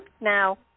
Now